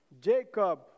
Jacob